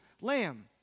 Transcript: lamb